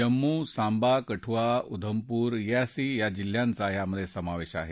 जम्मू सांबा कठुआ उधमपूर रियासी जिल्ह्यांचा यात समावेश आहे